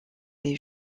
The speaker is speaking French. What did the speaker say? les